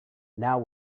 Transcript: now